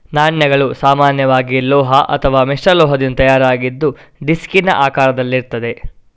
ನಾಣ್ಯಗಳು ಸಾಮಾನ್ಯವಾಗಿ ಲೋಹ ಅಥವಾ ಮಿಶ್ರಲೋಹದಿಂದ ತಯಾರಾಗಿದ್ದು ಡಿಸ್ಕಿನ ಆಕಾರದಲ್ಲಿರ್ತದೆ